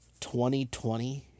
2020